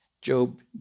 Job